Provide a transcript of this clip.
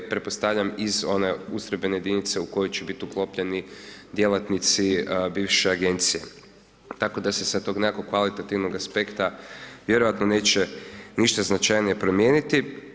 Pretpostavljam iz one ustrojbene jedinice u koju će biti uklopljeni djelatnici bivše Agencije, tako da se sa tog nekakvog kvalitativnog aspekta vjerojatno neće ništa značajnije promijeniti.